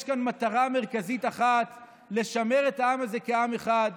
יש כאן מטרה מרכזית אחת: לשמר את העם הזה כעם אחד,